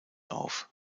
auf